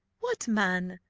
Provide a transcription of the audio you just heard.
what man?